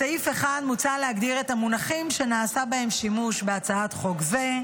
בסעיף 1 "מוצע להגדיר את המונחים שנעשה בהם שימוש בהצעת חוק זו".